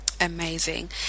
Amazing